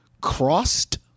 crossed